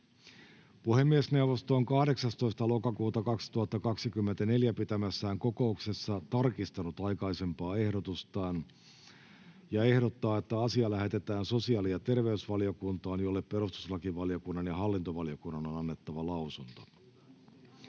Puhemiesneuvosto on 18.10.2024 pitämässään kokouksessa tarkistanut aikaisempaa ehdotustaan ja ehdottaa, että asia lähetetään sosiaali- ja terveysvaliokuntaan, jolle perustuslakivaliokunnan ja talousvaliokunnan on annettava lausunto.